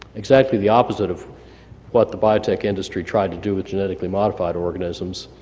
exactly the opposite of what the biotech industry tried to do with genetically modified organisms,